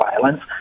violence